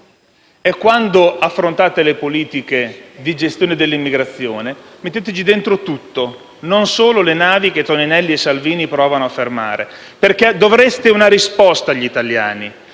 quando affrontate le politiche di gestione dell'immigrazione, non solo le navi che Toninelli e Salvini provano a fermare, perché dovreste una risposta agli italiani